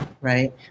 right